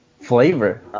flavor